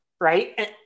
right